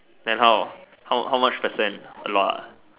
then how how how much percent a lot ah